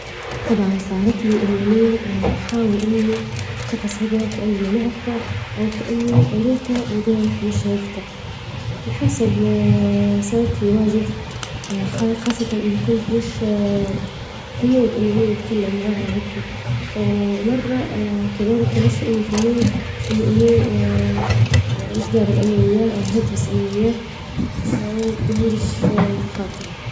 طبعا صارت لي إني إيه نحاول إني الشخص هذا كأني ما نعرفه أو كأني ريته ودة راح مش شايفته، اللي حصل صارت لي واجد خاصة إذا كنت مش في مود إني أنا نتكلم معاها وهكي، ومرة كذلك مش إني في المود إني إني نتجابل أنا وياه أو نهدرس أنا وياه معنديش خاطر.